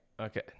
Okay